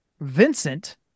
Vincent